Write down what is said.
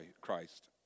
Christ